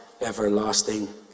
everlasting